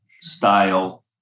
style